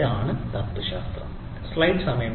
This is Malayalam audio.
ഇതാണ് തത്വശാസ്ത്രവും